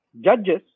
judges